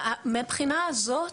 מהבחינה הזאת,